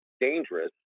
dangerous